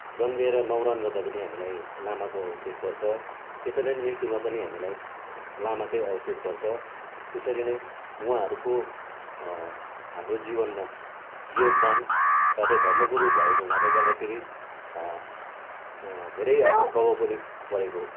जन्मेर नौरान गर्दा पनि हामीलाई लामाको आवश्यक पर्छ त्यसरी नै मृत्युमा पनि हामीलाई लामाकै आवश्यक पर्छ त्यसरी नै उहाँहरूको हाम्रो जीवनमा योगदान साथै धर्म गुरु भएको हुनाले गर्दाखेरि धेरै अब प्रभाव पनि परेको